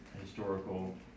historical